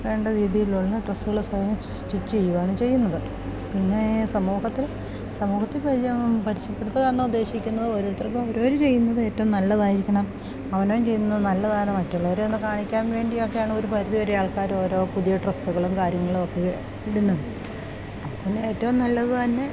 വേണ്ട രീതിയിലുള്ള ഡ്രസ്സുകൾ സ്വയം സ്റ്റിച്ച് ചെയ്യുവാണ് ചെയ്യുന്നത് പിന്നെ സമൂഹത്തിൽ സമൂഹത്തിൽ പരിചയം പരിചയപ്പെടുത്തുകാന്ന് ഉദ്ദേശിക്കുന്നത് ഓരോരുത്തർക്കും അവരോർ ചെയ്യുന്നത് ഏറ്റവും നല്ലതായിരിക്കണം അവനോൻ ചെയ്യുന്നത് നല്ലതാണ് മറ്റുള്ളവരെ ഒന്ന് കാണിക്കാൻ വേണ്ടി ഒക്കെയാണ് ഒരു പരിധി വരെ ആൾക്കാർ ഓരോ പുതിയ ഡ്രസ്സുകളും കാര്യങ്ങളും ഒക്കെ ഇടുന്നത് അപ്പം പിന്നെ ഏറ്റവും നല്ലത് തന്നെ